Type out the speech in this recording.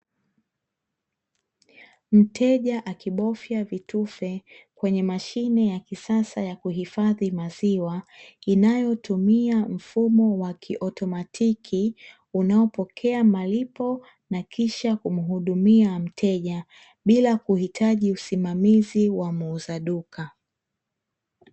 Mteja akibofya vitufe, kwenye mashine ya kisasa ya kuhifadhi maziwa, inayotumia mfumo wa kiautomatiki, unaopokea malipo, na kisha kumuhudumia mteja, bila kuhitaji usimamizi wa muuza duka.